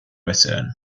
ocean